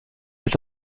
est